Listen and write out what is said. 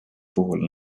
puhul